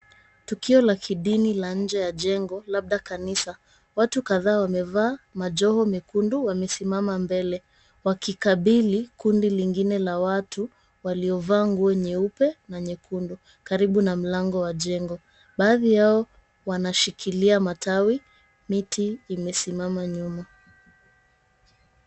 Tukio la kidini la nje ya jengo, labda kanisa. Watu kadhaa wamevaa majoho mekundu wamesimama mbele, wakikabili kundi lingine la watu waliovaa nguo nyeupe na nyekundu, karibu na mlango wa jengo. Baadhi yao wanashikilia matawi miti imesimama nyuma.